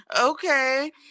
Okay